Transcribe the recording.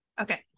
okay